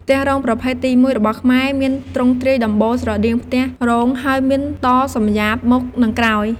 ផ្ទះរោងប្រភេទទី១របស់ខ្មែរមានទ្រង់ទ្រាយដំបូលស្រដៀងផ្ទះរោងហើយមានតសំយាបមុខនិងក្រោយ។